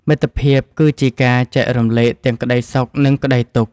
មិត្តភាពគឺជាការចែករំលែកទាំងក្ដីសុខ និងក្ដីទុក្ខ។